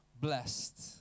blessed